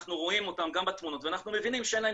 אנחנו רואים אותם גם בתמונות ואנחנו מבינים שאין להם